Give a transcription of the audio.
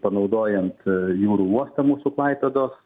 panaudojant jūrų uostą mūsų klaipėdos